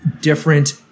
different